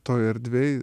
toj erdvėj